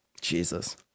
jesus